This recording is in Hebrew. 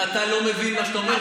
ואתה לא מבין מה שאתה אומר,